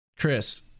Chris